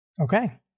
Okay